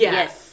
Yes